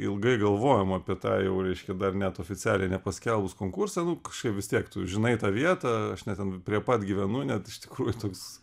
ilgai galvojom apie tą jau reiškia dar net oficialiai nepaskelbus konkurso nu kažkaip vis tiek tu žinai tą vietą aš net ten prie pat gyvenu net iš tikrųjų toks